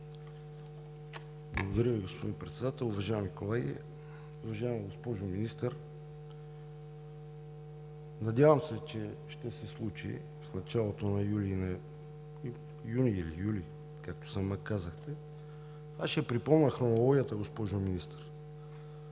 Благодаря Ви, господин Председател. Уважаеми колеги, уважаема госпожо Министър! Надявам се, че ще се случи в началото на юли – юни, както сама казахте. Аз ще припомня хронологията, госпожо Министър.